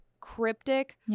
cryptic